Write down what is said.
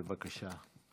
בבקשה.